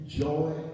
joy